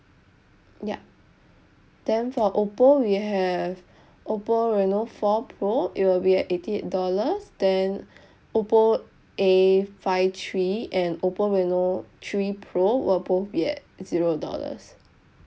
yup then for oppo we have oppo reno four pro it will be at eighty eight dollars then oppo uh five three and oppo reno three pro will both be at zero dollars